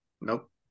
Nope